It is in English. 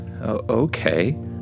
okay